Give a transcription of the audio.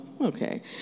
okay